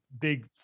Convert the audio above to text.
big